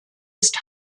ist